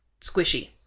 Squishy